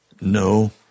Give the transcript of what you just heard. No